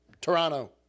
toronto